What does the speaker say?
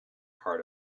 part